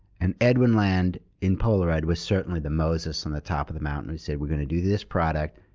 and edwin land, in polaroid, was certainly the moses on the top of the mountain. he said, we're going to do this product,